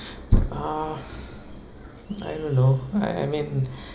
uh I don't know I I mean